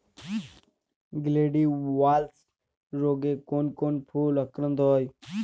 Gladiolus রোগে কোন কোন ফুল আক্রান্ত হয়?